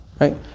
Right